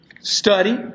Study